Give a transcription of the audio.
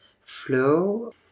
flow